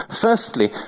firstly